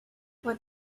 what